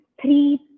three